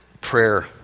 Prayer